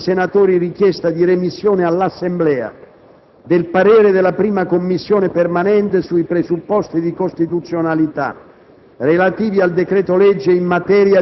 E' pervenuta dal prescritto numero di senatori richiesta di remissione all'Assemblea del parere della 1a Commissione permanente sui presupposti di costituzionalità